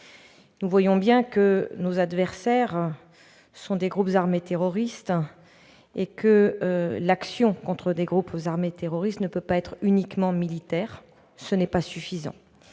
Nous voyons bien que nos adversaires sont des groupes armés terroristes et que l'action contre de tels groupes ne peut être uniquement militaire ; cela ne serait pas suffisant.